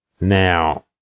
Now